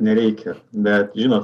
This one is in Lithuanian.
nereikia bet žino